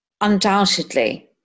undoubtedly